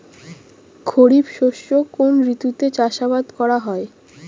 খরিফ শস্য কোন ঋতুতে চাষাবাদ করা হয়?